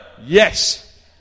Yes